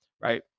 Right